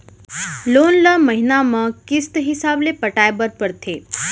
loan ल महिना म किस्त हिसाब ले पटाए बर परथे